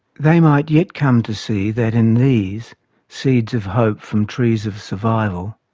they might yet come to see that in these seeds of hope from trees of survival